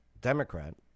Democrat